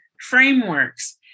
frameworks